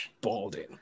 balding